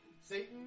Satan